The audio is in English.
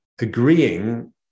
agreeing